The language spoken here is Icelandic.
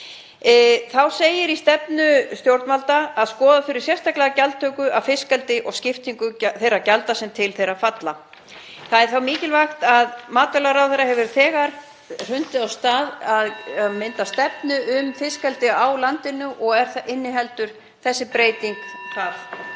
Þá segir í stefnu stjórnvalda að skoða þurfi sérstaklega gjaldtöku af fiskeldi og skiptingu þeirra gjalda sem til falla. Það er mikilvægt að matvælaráðherra hefur þegar hrundið því af stað að mynda stefnu um fiskeldi á landinu og inniheldur þessi breyting það